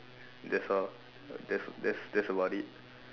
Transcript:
that's all that's that's that's about it